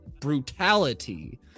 brutality